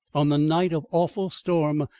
on the night of awful storm,